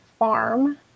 farm